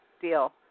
deal